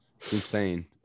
Insane